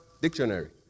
dictionary